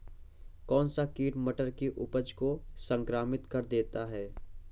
कौन सा कीट मटर की उपज को संक्रमित कर देता है?